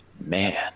Man